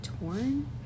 torn